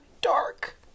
dark